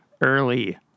early